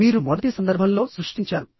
మీరు మొదటి సందర్భంలో సృష్టించారు